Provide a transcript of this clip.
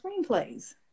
screenplays